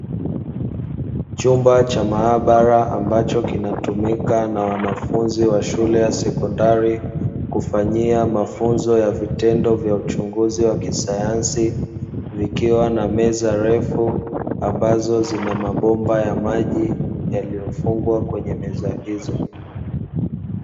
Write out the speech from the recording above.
Chumba cha maabara ambacho kinatumika na wanafunzi wa shule ya sekondari, kufanyia mafunzo ya vitendo vya uchunguzi wa kisayansi. Vikiwa na meza refu ambazo zina mabomba ya maji, yaliyofungwa kwenye meza hizo.